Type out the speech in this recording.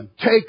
Take